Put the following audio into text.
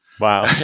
Wow